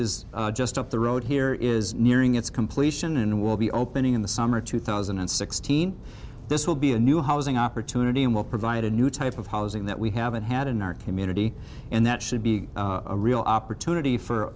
is just up the road here is nearing its completion and will be opening in the summer two thousand and sixteen this will be a new housing opportunity and will provide a new type of housing that we haven't had in our community and that should be a real opportunity for